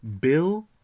Bill